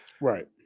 Right